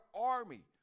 army